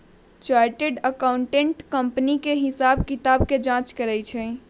chartered accountant company के हिसाब किताब के जाँच करा हई